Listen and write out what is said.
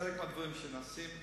חלק מהדברים נעשים.